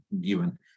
given